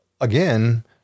again